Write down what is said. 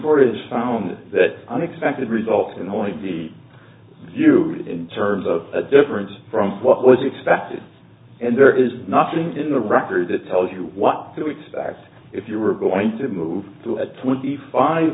board is found that unexpected results in the only be you in terms of a difference from what was expected and there is nothing in the record that tells you what to expect if you were going to move to a twenty five